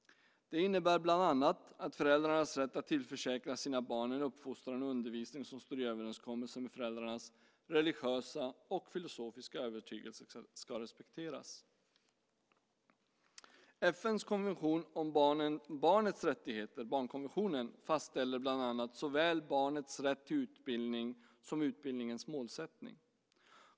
Det innebär bland annat att föräldrarnas rätt att tillförsäkra sina barn en uppfostran och undervisning som står i överensstämmelse med föräldrarnas religiösa och filosofiska övertygelse ska respekteras. FN:s konvention om barnets rättigheter, barnkonventionen, fastställer bland annat såväl barnets rätt till utbildning som utbildningens målsättning.